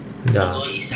ya